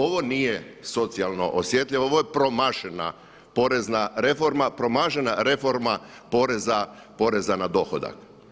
Ovo nije socijalno osjetljivo, ovo je promašena porezna reforma, promašena reforma poreza na dohodak.